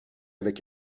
avec